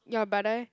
your brother eh